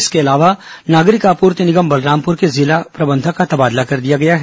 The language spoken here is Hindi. इसके अलावा नागरिक आपूर्ति निगम बलरामपुर के जिला प्रबंधक का तबादला कर दिया गया है